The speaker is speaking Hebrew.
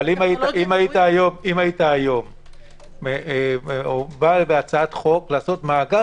אם היית בא היום בא בהצעת חוק לעשות מאגר